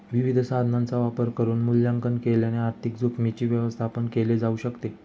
विविध साधनांचा वापर करून मूल्यांकन केल्याने आर्थिक जोखीमींच व्यवस्थापन केल जाऊ शकत